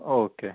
okay